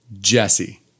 Jesse